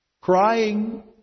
crying